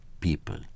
people